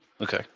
Okay